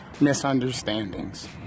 misunderstandings